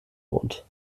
wohnt